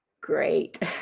great